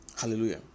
Hallelujah